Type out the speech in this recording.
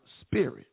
spirit